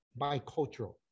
bicultural